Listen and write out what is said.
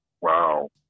Wow